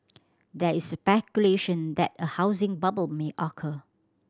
there is speculation that a housing bubble may occur